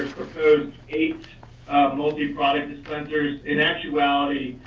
proposed eight multi-product dispensers, in actuality,